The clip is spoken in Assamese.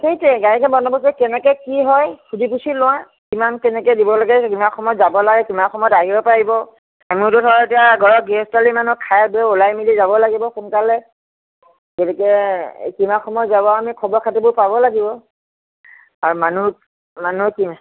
সেইটোৱেই গাড়ীখন বন্দবস্ত কেনেকে কি হয় সুধি পুছি লোৱা কিমান কেনেকে দিব লাগে কিমান সময়ত যাব লাগে কিমান সময়ত আহিব পাৰিব এনেওটো ধৰক এতিয়া ঘৰৰ গৃহস্থালী মানুহ খাই বৈ ওলাই মিলি যাব লাগিব সোনকালে গতিকে কিমান সময়ত যাব আমি খবৰ খাতিবোৰ পাব লাগিব আৰু মানুহ মানুহ কিমান